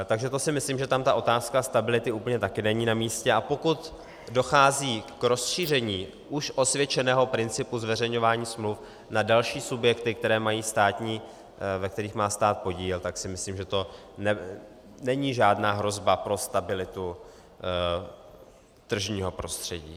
Takže to si myslím, že tam ta otázka stability úplně taky není namístě, a pokud dochází k rozšíření už osvědčeného principu zveřejňování smluv na další subjekty, ve kterých má stát podíl, tak si myslím, že to není žádná hrozba pro stabilitu tržního prostředí.